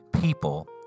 People